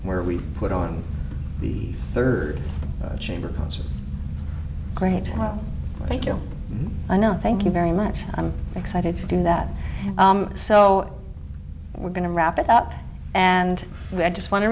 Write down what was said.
where we put on the third chamber cause great well thank you i know thank you very much i'm excited to do that so we're going to wrap it up and i just want to